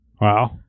Wow